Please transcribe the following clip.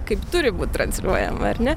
kaip turi būt transliuojama ar ne